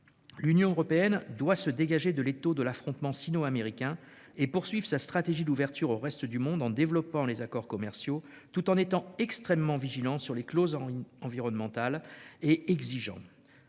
L'Union européenne doit se dégager de l'étau de l'affrontement sino-américain et poursuive sa stratégie d'ouverture au reste du monde, en développant les accords commerciaux tout en faisant preuve d'une vigilance et d'une exigence extrêmes s'agissant